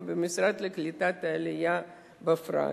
ובמשרד לקליטת העלייה בפרט.